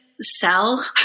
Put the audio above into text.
sell